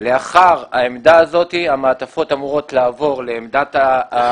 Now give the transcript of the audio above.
לאחר העמדה הזאת המעטפות אמורות לעבור לעמדת המיון.